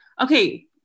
okay